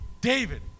David